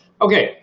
Okay